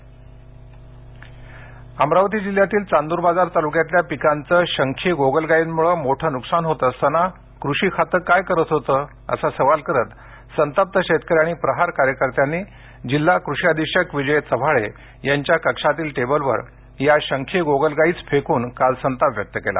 शंखी गोगलगाय अमरावती जिल्ह्यातील चांदूर बाजार तालुक्यातील पिकांच शंखी गोगलगायींमुळे मोठं नुकसान होत असताना कृषी खातं काय करत होतं असा सवाल करत संतप्त शेतकरी आणि प्रहार कार्यकर्त्यांनी जिल्हा कृषी अधीक्षक विजय चव्हाळे यांच्या कक्षातील टेबलवर या शंखी गोगलगायीच फेकून काल संताप व्यक्त केला